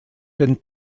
den